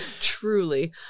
Truly